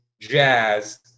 Jazz